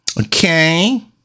okay